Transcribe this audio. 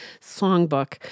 songbook